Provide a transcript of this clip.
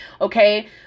Okay